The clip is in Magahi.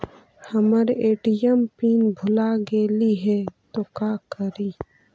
हमर ए.टी.एम पिन भूला गेली हे, तो का करि?